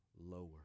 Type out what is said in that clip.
lower